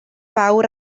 fawr